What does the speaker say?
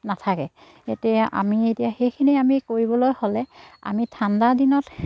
নাথাকে এতিয়া আমি এতিয়া সেইখিনি আমি কৰিবলৈ হ'লে আমি ঠাণ্ডা দিনত